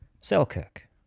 Selkirk